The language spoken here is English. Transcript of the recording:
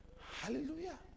Hallelujah